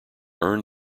earned